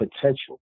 potential